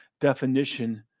definition